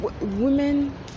women